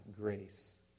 grace